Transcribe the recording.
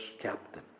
captain